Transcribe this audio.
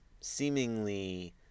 seemingly